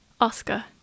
Oscar